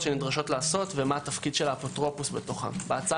שנדרשות לעשות ומה התפקיד של האפוטרופוס בתוכן.